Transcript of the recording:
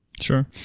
Sure